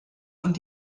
und